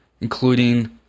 including